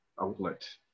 outlet